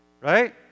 right